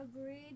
agreed